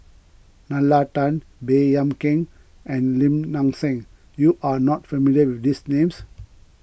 Nalla Tan Baey Yam Keng and Lim Nang Seng you are not familiar with these names